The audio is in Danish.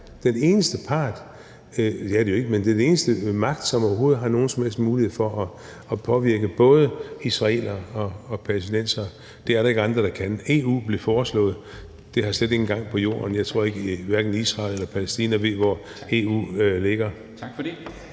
det været forgæves. Og USA er den eneste magt, som overhovedet har nogen som helst mulighed for at påvirke både israelere og palæstinensere. Det er der ikke andre der kan. EU er blevet foreslået. Det har slet ingen gang på jorden. Jeg tror, hverken Israel og Palæstina ved, hvor EU ligger. Kl.